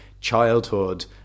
childhood